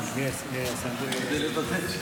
כדי לוודא.